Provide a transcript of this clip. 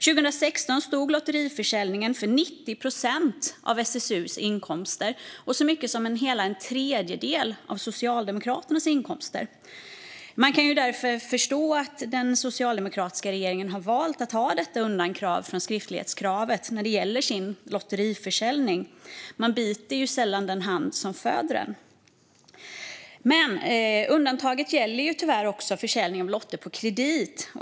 År 2016 stod lottförsäljningen för 90 procent av SSU:s inkomster och så mycket som hela en tredjedel av Socialdemokraternas inkomster. Man kan därför förstå att den socialdemokratiska regeringen har valt att ha detta undantag från skriftlighetskravet när det gäller sin lottförsäljning. Man biter sällan den hand som föder en. Undantaget gäller tyvärr också försäljning av lotter på kredit.